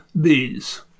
bees